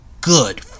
good